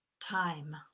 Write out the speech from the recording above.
time